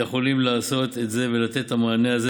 יכולים לעשות את זה ולתת את המענה הזה